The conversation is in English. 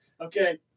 Okay